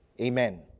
Amen